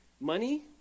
money